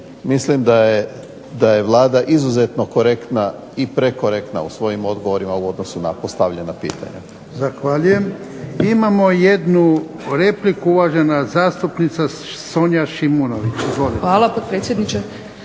mislim da je Vlada izuzetno korektna i prekorektna u svojim odgovorima u odnosu na postavljena pitanja.